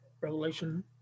Revelation